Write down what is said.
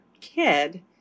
kid